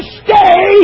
stay